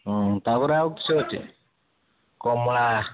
ହଁ ତାପରେ ଆଉ କିସ ଅଛି କମଳା